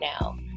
now